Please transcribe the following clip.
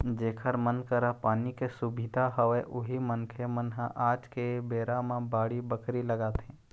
जेखर मन करा पानी के सुबिधा हवय उही मनखे मन ह आज के बेरा म बाड़ी बखरी लगाथे